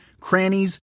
crannies